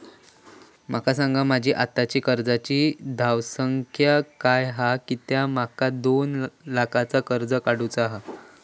माका सांगा माझी आत्ताची कर्जाची धावसंख्या काय हा कित्या माका दोन लाखाचा कर्ज काढू चा हा?